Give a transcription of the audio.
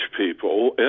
people